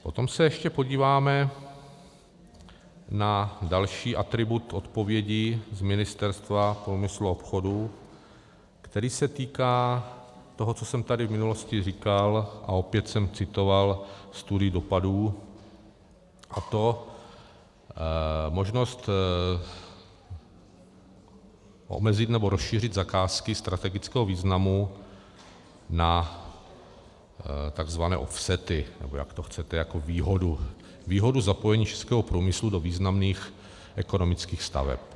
Potom se ještě podíváme na další atribut odpovědí z Ministerstva průmyslu a obchodu, který se týká toho, co jsem tady v minulosti říkal, a opět jsem citoval studii dopadů, a to možnost omezit nebo rozšířit zakázky strategického významu na takzvané offsety, nebo chceteli výhodu zapojení českého průmyslu do významných ekonomických staveb.